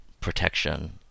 protection